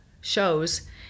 shows